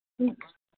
ठीकु